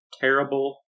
Terrible